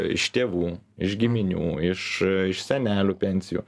iš tėvų iš giminių iš iš senelių pensijų